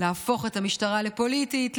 להפוך את המשטרה לפוליטית,